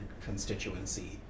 constituency